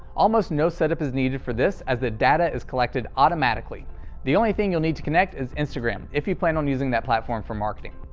almost no set-up is needed for this, as the data is collected automatically the only thing you'll need to connect is instagram, if you plan on using the platform for marketing.